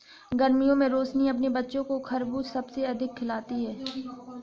गर्मियों में रोशनी अपने बच्चों को खरबूज सबसे अधिक खिलाती हैं